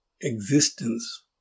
existence